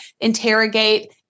interrogate